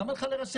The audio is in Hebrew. למה לך לרסן?